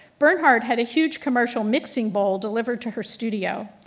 bernhard had a huge commercial mixing bowl delivered to her studio.